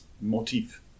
motif